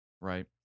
Right